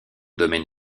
domaine